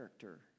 character